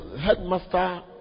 Headmaster